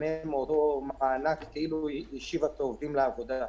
היא תיהנה מאותו מענק כאילו היא השיבה את העובדים לעבודה.